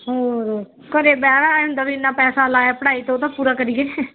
ਹੋਰ ਘਰ ਬਹਿ ਐਂ ਹੁੰਦਾ ਵੀ ਇੰਨਾ ਪੈਸਾ ਲਗਾਇਆ ਪੜ੍ਹਾਈ 'ਤੇ ਉਹ ਤਾਂ ਪੂਰਾ ਕਰੀਏ